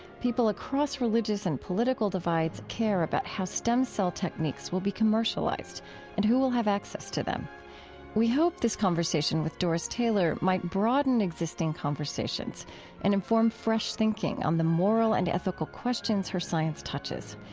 people across religious and political divides care about how stem cell techniques will be commercialized and who will have access to them we hope this conversation with doris taylor might broaden existing conversations and inform fresh thinking on the moral and ethical questions her science touches.